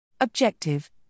Objective